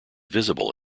visible